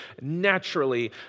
naturally